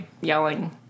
yelling